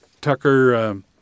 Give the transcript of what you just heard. Tucker